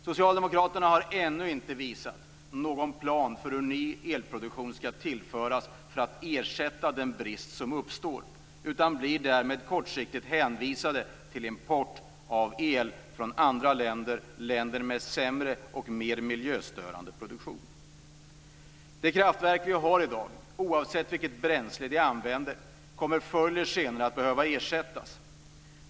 Socialdemokraterna har ännu inte redovisat någon plan för hur ny elproduktion skall tillföras för att ersätta den brist som uppstår, utan man blir kortsiktigt hänvisad till import av el från andra länder, länder med sämre och mer miljöstörande produktion. De kraftverk vi har i dag, oavsett vilket bränsle de använder, kommer förr eller senare att behöva ersättas.